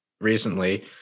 recently